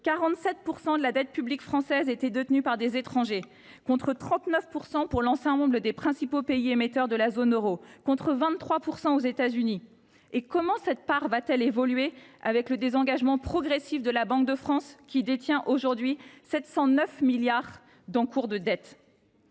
47 % de la dette publique française était détenue par des étrangers, contre 39 % pour l’ensemble des principaux pays émetteurs de la zone euro et contre 23 % aux États Unis. Comment cette part évoluera t elle à la suite du désengagement progressif de la Banque de France, qui détient aujourd’hui 709 milliards d’euros d’encours de dette ?